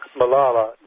malala